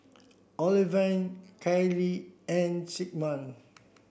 Olivine Kailee and Sigmund